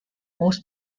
most